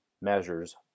measures